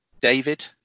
David